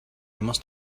must